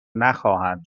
نخواهند